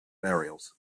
burials